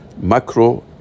Macro